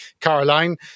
Caroline